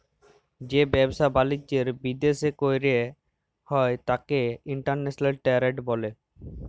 যে ব্যাবসা বালিজ্য বিদ্যাশে কইরা হ্যয় ত্যাকে ইন্টরন্যাশনাল টেরেড ব্যলে